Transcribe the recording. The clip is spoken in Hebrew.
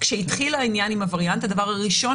כשהתחיל העניין עם הווריאנט הדבר הראשון